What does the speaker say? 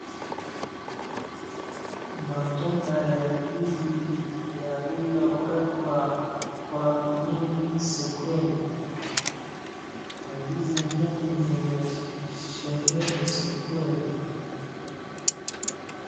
Matunda ya ndizi yaliyowekwa kwa wingi sokoni. Ndizi nyingi zimesheheni sokoni.